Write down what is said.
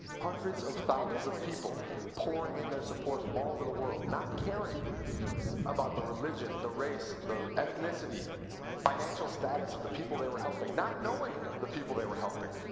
hundreds of thousands of people pouring in their support from all over the world, not caring about the religion, the race, the ethnicity, the financial status of the people they were helping. not knowing the people they were helping.